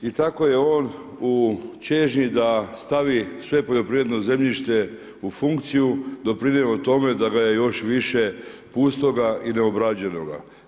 I tako je on u čežnji da stavi sve poljoprivredno zemljište u funkciju doprinio tome da ga je još više pustoga i neobrađenoga.